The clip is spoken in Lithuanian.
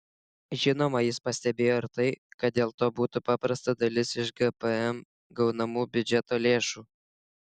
žinoma jis pastebėjo ir tai kad dėl to būtų prarasta dalis iš gpm gaunamų biudžeto lėšų